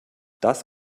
das